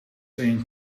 een